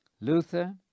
Luther